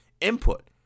input